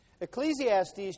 Ecclesiastes